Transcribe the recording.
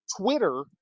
Twitter